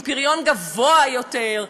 עם פריון גבוה יותר,